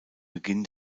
beginn